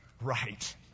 Right